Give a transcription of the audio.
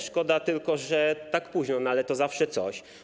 Szkoda tylko, że tak późno, ale to zawsze coś.